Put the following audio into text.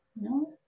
No